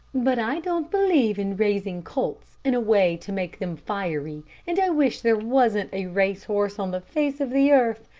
but i don't believe in raising colts in a way to make them fiery, and i wish there wasn't a race horse on the face of the earth,